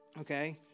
Okay